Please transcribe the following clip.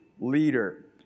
leader